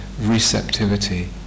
receptivity